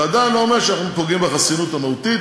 זה עדיין לא אומר שאנחנו פוגעים בחסינות המהותית,